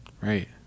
right